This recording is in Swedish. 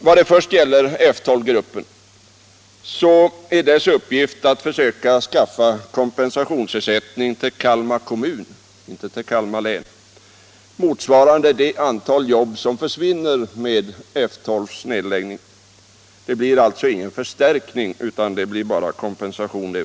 Vad först beträffar F 12-gruppen är dess uppgift att försöka skaffa kompensationssysselsättning till Kalmar kommun -— inte till Kalmar län — motsvarande det antal jobb som försvinner med F 12:s nedläggning. Det blir alltså ingen förstärkning utan det är bara fråga om kompensation.